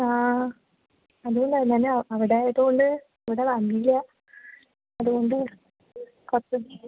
ആ അതുകൊണ്ട് ഞാൻ അവിടെയായതു കൊണ്ടിവിടെ വന്നില്ല അതുകൊണ്ടു കുറച്ചു